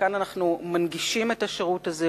וכאן אנחנו מנגישים את השירות הזה,